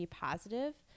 positive